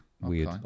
weird